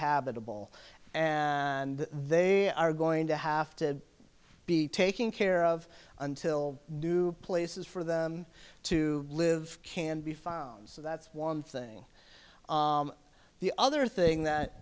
habitable and they are going to have to be taking care of until new places for them to live can be found so that's one thing the other thing that